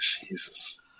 Jesus